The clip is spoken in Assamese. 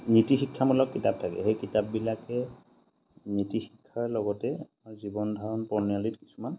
নীতিশিক্ষামূলক কিতাপ থাকে সেই কিতাপবিলাকে নীতিশিক্ষাৰ লগতে আমাৰ জীৱন ধাৰণ প্ৰণালীত কিছুমান